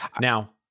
Now